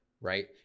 right